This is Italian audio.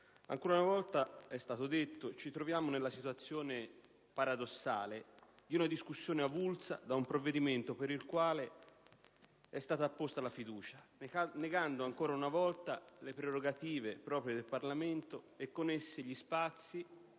ancora una volta - come è stato già evidenziato - ci troviamo nella situazione paradossale di una discussione avulsa da un provvedimento per il quale è stata posta la questione di fiducia, negando nuovamente le prerogative proprie del Parlamento e con esse gli spazi